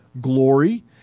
glory